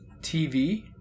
TV